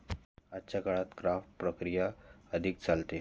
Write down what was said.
आजच्या काळात क्राफ्ट प्रक्रिया अधिक चालते